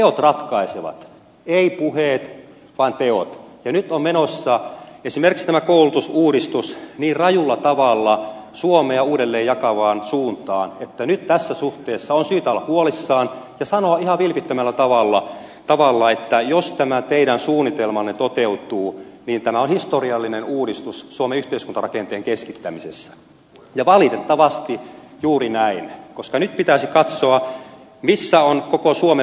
teot ratkaisevat eivät puheet vaan teot ja nyt on menossa esimerkiksi tämä koulutusuudistus niin rajulla tavalla suomea uudelleen jakavaan suuntaan että nyt tässä suhteessa on syytä olla huolissaan ja sanoa ihan vilpittömällä tavalla että jos tämä teidän suunnitelmanne toteutuu niin tämä on historiallinen uudistus suomen yhteiskuntarakenteen keskittämisessä ja valitettavasti juuri näin koska nyt pitäisi katsoa missä ovat koko suomen voimavarat